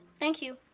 thank you.